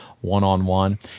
one-on-one